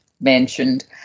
mentioned